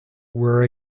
were